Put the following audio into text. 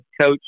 Coach